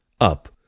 Up